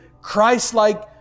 Christ-like